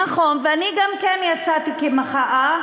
נכון, ואני גם כן יצאתי כמחאה,